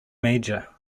major